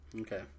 Okay